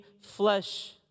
flesh